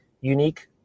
unique